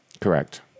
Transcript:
Correct